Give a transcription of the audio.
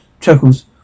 Chuckles